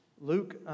Luke